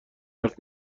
حرف